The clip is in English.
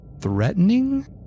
threatening